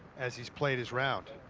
as he's played his round,